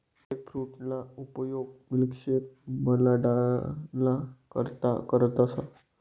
एगफ्रूटना उपयोग मिल्कशेक बनाडाना करता करतस